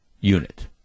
Unit